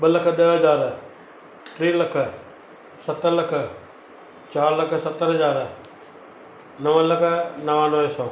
ॿ लख ॾह हज़ार टे लख सत लख चारि लख सतरि हज़ार नव लख नवानवे सौ